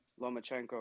Lomachenko